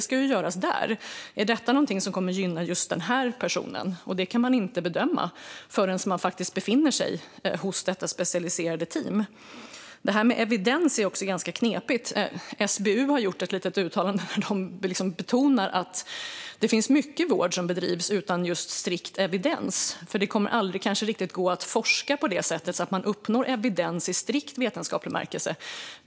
Och bedömningen av vad som kan gynna just en viss person kan inte göras förrän personen befinner sig hos det specialiserade teamet. Detta med evidens är också ganska knepigt. SBU har gjort ett uttalande där man betonar att det finns mycket vård som bedrivs utan strikt evidens, för det kommer kanske aldrig att riktigt gå att forska så att man uppnår evidens i strikt vetenskaplig bemärkelse.